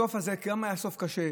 הסוף הזה גם היה סוף קשה.